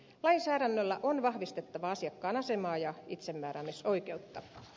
lainsäädännöllä on vahvistettava asiakkaan asemaa ja itsemääräämisoikeutta